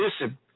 Listen